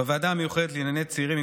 בוועדה המיוחדת לענייני צעירים,